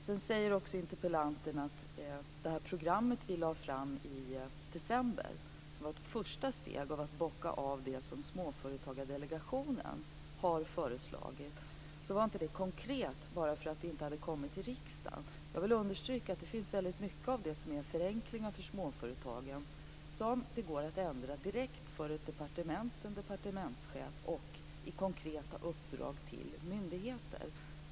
Sedan säger interpellanten att det program som vi lade fram i december, som gick ut på att bocka av det som Småföretagsdelegationen föreslog, inte var konkret bara därför att det inte hade kommit till riksdagen. Jag vill understryka att det finns många förslag om förenklingar för småföretagen som går att genomföra direkt av ett departement eller en departementschef och i konkreta uppdrag till myndigheter.